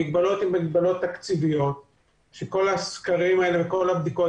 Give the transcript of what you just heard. המגבלות הן מגבלות תקציביות כשכל הסקרים והבדיקות